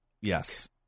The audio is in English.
Yes